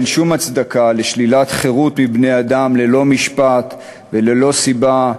אין שום הצדקה לשלילת חירות מבני-אדם ללא משפט וללא סיבה,